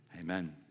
amen